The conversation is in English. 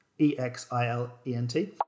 E-X-I-L-E-N-T